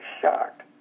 shocked